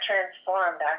transformed